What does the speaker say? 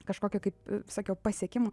kažkokio kaip sakiau pasiekimų